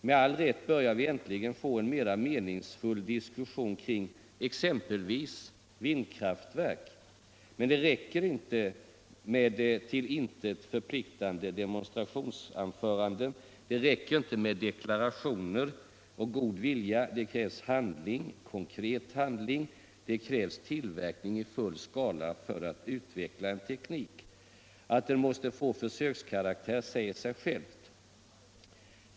Med all rätt börjar vi äntligen få en mera meningsfull diskussion kring exempelvis vindkraftverk. Men det räcker inte med till intet förpliktande demonstrationsanföranden, det räcker inte med deklarationer och god vilja, utan det krävs konkret handling, och det krävs tillverkning i full skala för att utveckla en teknik. Att den måste få försökskaraktär säger sig självt.